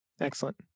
Excellent